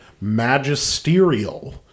magisterial